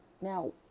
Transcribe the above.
Now